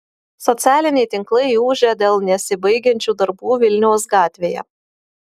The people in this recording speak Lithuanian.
socialiniai tinklai ūžia dėl nesibaigiančių darbų vilniaus gatvėje